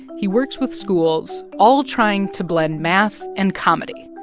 he works with schools, all trying to blend math and comedy.